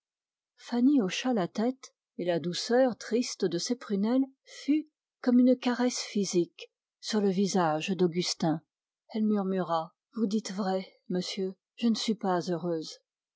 hocha la tête et la douceur triste de ses prunelles fut comme une caresse physique sur le visage d'augustin elle murmura vous dites vrai monsieur je ne suis pas heureuse